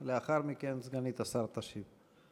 לאחר מכן, סגנית השר תשיב.